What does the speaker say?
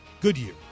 Goodyear